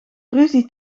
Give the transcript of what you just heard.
ruzie